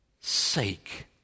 sake